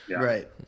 Right